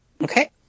Okay